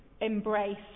embrace